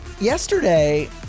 yesterday